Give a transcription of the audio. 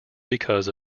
because